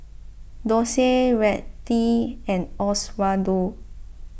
Dorsey Rettie and Oswaldo